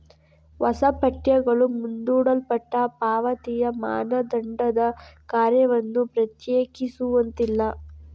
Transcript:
ಹೊಸ ಪಠ್ಯಗಳು ಮುಂದೂಡಲ್ಪಟ್ಟ ಪಾವತಿಯ ಮಾನದಂಡದ ಕಾರ್ಯವನ್ನು ಪ್ರತ್ಯೇಕಿಸುವುದಿಲ್ಲ